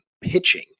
pitching